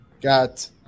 got